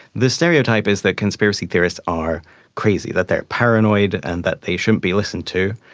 the stereotype is that conspiracy theorists are crazy that they are paranoid and that they shouldn't be listened to.